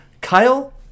Kyle